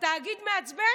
התאגיד מעצבן?